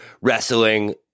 wrestling